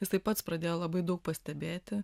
jisai pats pradėjo labai daug pastebėti